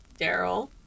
Daryl